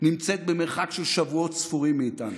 נמצאת במרחק של שבועות ספורים מאיתנו.